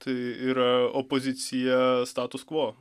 tai yra opozicija status kvo